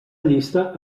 llista